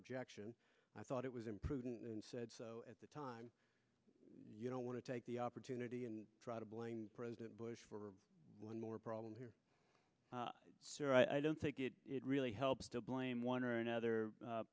objection i thought it was imprudent and said so at the time you don't want to take the opportunity and try to blame president bush for one more problem here sir i don't think it really helps to blame one or another